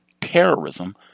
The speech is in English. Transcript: terrorism